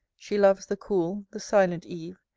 she loves the cool, the silent eve,